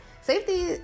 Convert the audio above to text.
safety